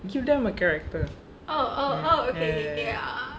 give them a character ya ya ya ya ya